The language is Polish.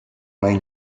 mej